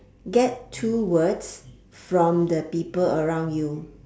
get two words from the people around you